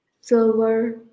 silver